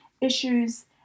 issues